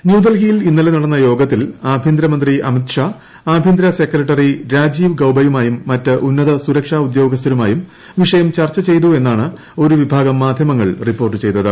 ഒരു ന്യൂഡൽഹിയിൽ ഇന്നലെ നടന്ന യോഗത്തിൽ ആഭ്യന്തരമന്ത്രി അമിത് ഷാ അഭ്യന്തര സെക്രട്ടറി രാജീവ് ഗൌബയുമായും മറ്റ് ഉന്നത സുരക്ഷാ ഉദ്യോഗസ്ഥരുമായും വിഷയം ചർച്ച ചെയ്തു എന്നാണ് ഒരു വിഭാഗം മാധ്യമങ്ങൾ റിപ്പോർട്ട് ചെയ്തത്